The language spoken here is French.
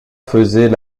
faisait